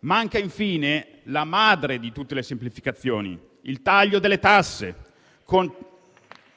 Manca infine la madre di tutte le semplificazioni, ossia il taglio delle tasse.